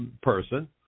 person